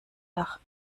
dach